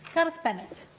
gareth bennett